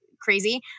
crazy